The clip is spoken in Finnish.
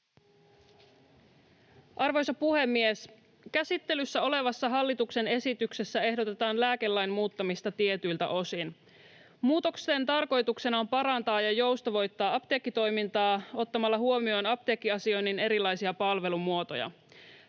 Arvoisa puhemies! Käsittelyssä olevassa hallituksen esityksessä ehdotetaan lääkelain muuttamista tietyiltä osin. Muutosten tarkoituksena on parantaa ja joustavoittaa apteekkitoimintaa ottamalla huomioon apteekkiasioinnin erilaisia palvelumuotoja.